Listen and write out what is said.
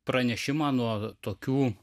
pranešimą nuo tokių